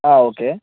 ആ ഓക്കെ